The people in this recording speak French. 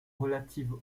relatives